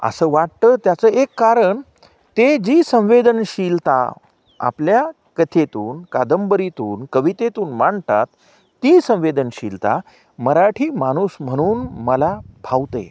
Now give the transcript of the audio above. असं वाटतं त्याचं एक कारण ते जी संवेदनशीलता आपल्या कथेतून कादंबरीतून कवितेतून मांडतात ती संवेदनशीलता मराठी माणूस म्हणून मला भावत आहे